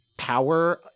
power